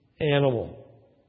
animal